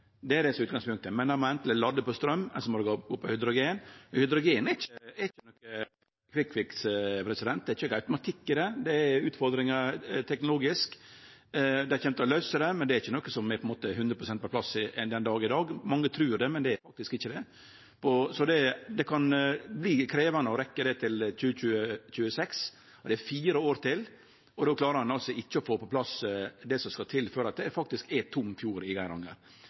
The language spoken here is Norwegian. Det er det som er utgangspunktet, men då må dei anten vere ladde på straum, eller så må dei gå på hydrogen. Men hydrogen er ikkje noko kvikkfiks. Det er ikkje noko automatikk i det, det er utfordringar teknologisk. Dei kjem til å løyse det, men det er ikkje noko som er 100 pst. på plass den dag i dag. Mange trur det, men det er faktisk ikkje det, så det kan verte krevjande å rekke det til 2026. Det er fire år til, og då klarar ein ikkje få på plass det som skal til før det faktisk er tom fjord i Geiranger.